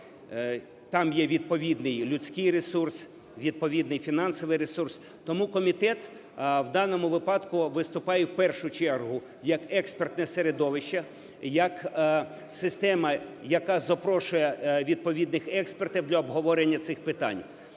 Там є відповідний людський ресурс, відповідний фінансовий ресурс. Тому комітет в даному випадку виступає в першу чергу як експертне середовище, як система, яка запрошує відповідних експертів для обговорення цих питань.